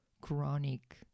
chronic